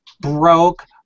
broke